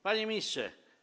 Panie Ministrze!